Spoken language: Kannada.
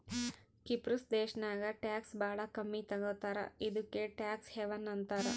ಕಿಪ್ರುಸ್ ದೇಶಾನಾಗ್ ಟ್ಯಾಕ್ಸ್ ಭಾಳ ಕಮ್ಮಿ ತಗೋತಾರ ಇದುಕೇ ಟ್ಯಾಕ್ಸ್ ಹೆವನ್ ಅಂತಾರ